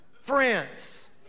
friends